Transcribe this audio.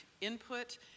input